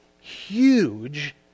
huge